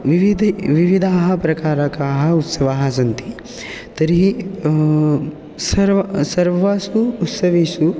विविधे विविधाः प्रकारकाः उत्सवाः सन्ति तर्हि सर्वासु उत्सवेषु